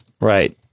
right